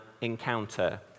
encounter